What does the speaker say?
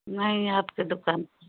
नहीं आपके दुकान पर